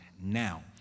now